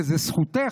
וזו זכותך,